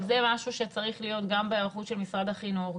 זה משהו שצריך להיות גם בהיערכות של משרד החינוך,